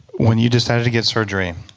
when you decided to get surgery